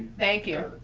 thank you,